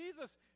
Jesus